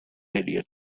eliot